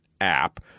app